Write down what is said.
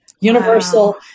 Universal